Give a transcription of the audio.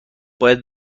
باید